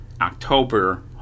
october